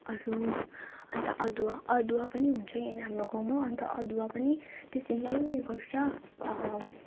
अरू अन्त अदुवा अदुवा पनि हुन्छ यहाँनेर हाम्रो गाउँमा अन्त अदुवा पनि त्यसरी नै उयो गर्छ